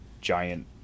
giant